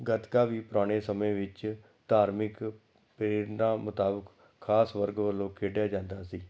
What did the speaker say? ਗੱਤਕਾ ਵੀ ਪੁਰਾਣੇ ਸਮੇਂ ਵਿੱਚ ਧਾਰਮਿਕ ਪ੍ਰੇਰਨਾ ਮੁਤਾਬਕ ਖਾਸ ਵਰਗ ਵੱਲੋਂ ਖੇਡਿਆ ਜਾਂਦਾ ਸੀ